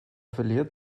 verliert